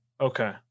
Okay